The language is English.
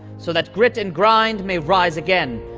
so that grit and grind may rise again,